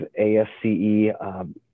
ASCE